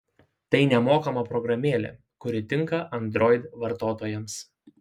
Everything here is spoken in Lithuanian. tai nemokama programėlė kuri tinka android vartotojams